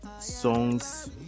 songs